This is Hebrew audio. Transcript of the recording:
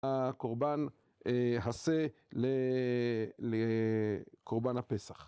הקורבן הסה לקורבן הפסח.